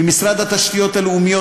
משרד התשתיות הלאומיות,